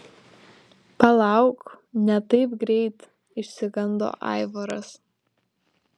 palauk ne taip greit išsigando aivaras